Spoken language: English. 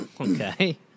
Okay